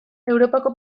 europako